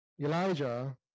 Elijah